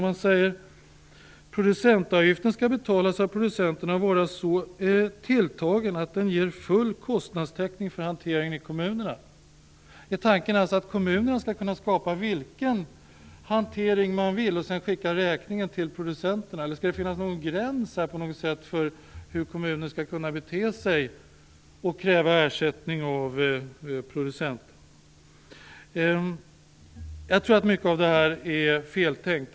Man säger: "Producentavgiften skall betalas av producenterna och vara så tilltagen att den ger full kostnadstäckning för hanteringen i kommunerna". Är tanken kommunerna skall kunna skapa vilken hantering de vill och sedan skicka räkningen till producenterna? Eller skall det finnas någon gräns för kommunen skall kunna bete sig för att kräva ersättning av producenten? Jag tror att mycket av det här är feltänkt.